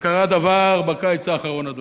קרה דבר בקיץ האחרון, אדוני,